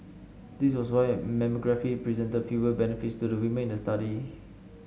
this was why mammography presented fewer benefits to the women in the study